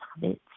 habits